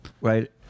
right